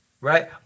Right